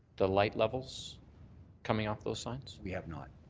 the light levels coming off those sign? we have not.